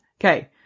Okay